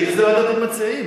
תגיד איזו ועדה אתם מציעים.